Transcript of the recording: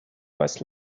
was